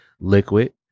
liquid